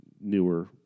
newer